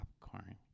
popcorn